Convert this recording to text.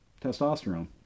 testosterone